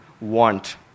want